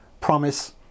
promise